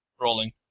rolling